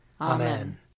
Amen